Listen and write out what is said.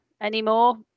anymore